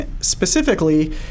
specifically